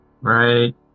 Right